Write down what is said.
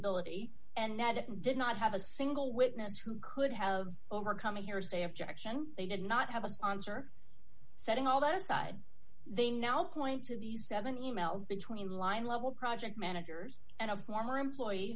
ibility and that it did not have a single witness who could have overcome a hearsay objection they did not have a sponsor setting all that aside they now point to these seven emails between line level project managers and armor employee